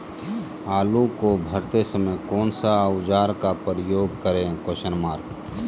आलू को भरते समय कौन सा औजार का प्रयोग करें?